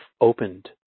opened